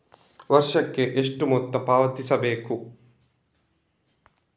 ವರ್ಷಕ್ಕೆ ಎಷ್ಟು ಮೊತ್ತ ಪಾವತಿಸಬೇಕು?